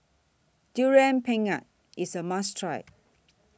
Durian Pengat IS A must Try